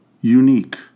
unique